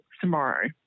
tomorrow